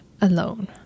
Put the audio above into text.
alone